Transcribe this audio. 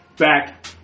back